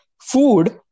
food